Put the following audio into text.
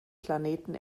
planeten